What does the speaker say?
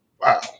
Wow